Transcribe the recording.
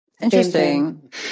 interesting